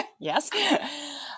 yes